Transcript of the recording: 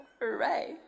Hooray